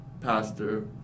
pastor